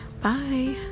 bye